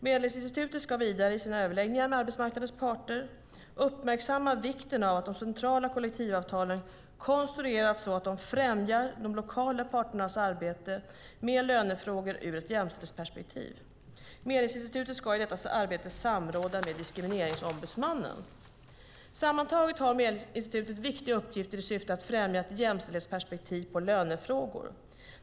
Medlingsinstitutet ska vidare, i sina överläggningar med arbetsmarknadens parter, uppmärksamma vikten av att de centrala kollektivavtalen konstrueras så att de främjar de lokala parternas arbete med lönefrågor ur ett jämställdhetsperspektiv. Medlingsinstitutet ska i detta arbete samråda med Diskrimineringsombudsmannen. Sammantaget har Medlingsinstitutet viktiga uppgifter i syfte att främja ett jämställdhetsperspektiv på lönefrågor.